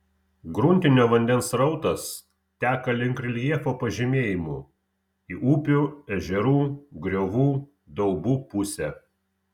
gruntinio vandens srautas teka link reljefo pažemėjimų į upių ežerų griovų daubų pusę